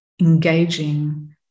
engaging